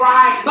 Right